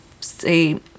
say